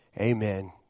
Amen